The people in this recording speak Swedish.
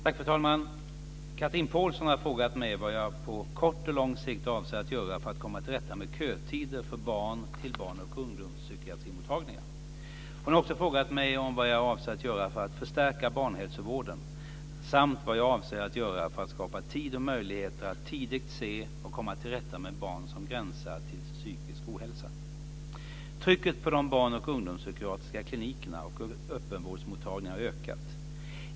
Fru talman! Chatrine Pålsson har frågat mig vad jag på kort och lång sikt avser att göra för att komma till rätta med kötider för barn till barn och ungdomspsykiatrimottagningar. Hon har också frågat mig om vad jag avser att göra för att förstärka barnhälsovården samt vad jag avser att göra för att skapa tid och möjligheter att tidigt se och komma till rätta med barn som gränsar till psykisk ohälsa. Trycket på de barn och ungdomspsykiatriska klinikerna och öppenvårdsmottagningarna har ökat.